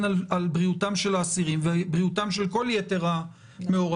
על בריאותם של האסירים ועל בריאותם של כל יתר המעורבים,